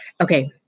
Okay